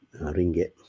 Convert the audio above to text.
ringgit